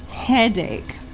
headache.